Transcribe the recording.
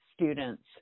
students